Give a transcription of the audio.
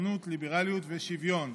ציונות ליברליות ושוויון.